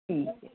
ठीक है